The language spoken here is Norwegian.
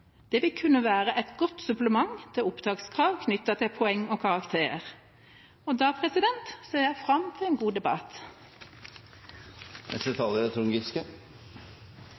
Det vil kunne være et godt supplement til opptakskrav knyttet til poeng og karakterer. Jeg ser fram til en god debatt.